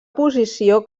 posició